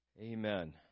Amen